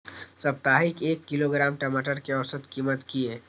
साप्ताहिक एक किलोग्राम टमाटर कै औसत कीमत किए?